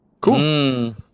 Cool